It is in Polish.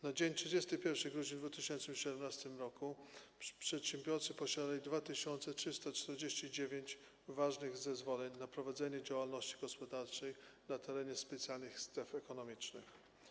Na dzień 31 grudnia 2017 r. przedsiębiorcy posiadali 2349 ważnych zezwoleń na prowadzenie działalności gospodarczej na terenie specjalnych stref ekonomicznych.